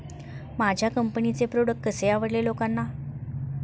माझ्या कंपनीचे प्रॉडक्ट कसे आवडेल लोकांना?